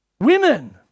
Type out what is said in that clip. women